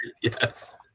Yes